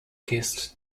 kissed